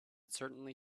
certainly